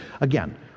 Again